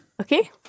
Okay